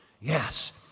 Yes